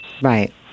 Right